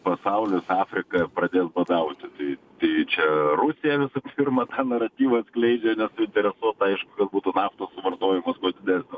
pasaulis afrika pradės badauti tai tai čia rusija visų pirma tą naratyvą skleidžia nes suinteresuota aišku kad būtų naftos suvartojimas kuo didesnis